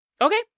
Okay